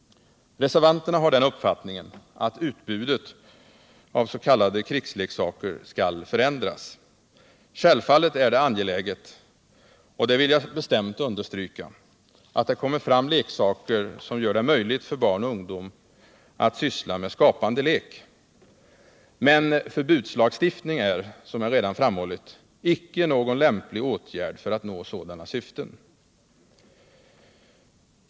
Reservanterna har den uppfattningen att utbudet av s.k. krigsleksaker skall förändras. Självfallet är det angeläget — och det vill jag bestämt understryka — att det kommer fram leksaker som gör det möjligt för barn och ungdom att syssla med skapande lek. Men förbudslagstiftning är, som jag redan framhållit, icke någon lämplig åtgärd för att nå sådana syften.